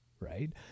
right